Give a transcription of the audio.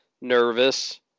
Nervous